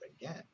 again